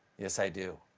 yes, i do.